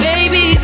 Baby